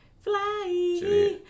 Fly